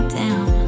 down